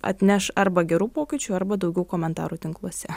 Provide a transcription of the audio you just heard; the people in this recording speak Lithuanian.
atneš arba gerų pokyčių arba daugiau komentarų tinkluose